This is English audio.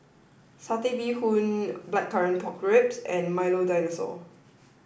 Satay Bee Hoon Blackcurrant Pork Ribs and Milo Dinosaur